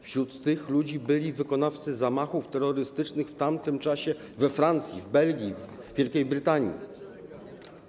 Wśród tych ludzi byli wykonawcy zamachów terrorystycznych w tamtym czasie we Francji, w Belgii, w Wielkiej Brytanii.